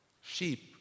Sheep